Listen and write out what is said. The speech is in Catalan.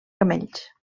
camells